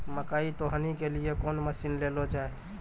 मकई तो हनी के लिए कौन मसीन ले लो जाए?